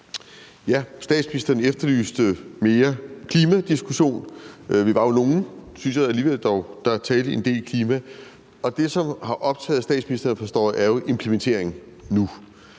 Statsministeren efterlyste mere klimadiskussion. Vi var jo dog nogle, synes jeg, der talte en del om klima. Det, som har optaget statsministeren, forstår jeg, er implementeringen nu.